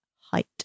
height